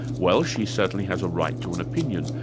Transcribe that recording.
well, she certainly has a right to an opinion,